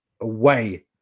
away